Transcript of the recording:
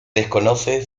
desconoce